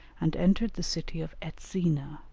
and entered the city of etzina.